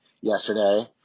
yesterday